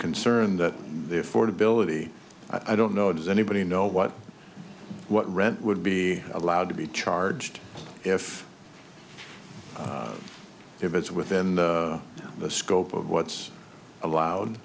concerned that therefore ability i don't know does anybody know what what rent would be allowed to be charged if it's within the scope of what's allowed